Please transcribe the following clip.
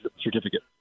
certificate